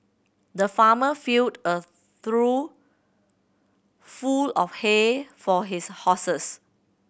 the farmer filled a through full of hay for his horses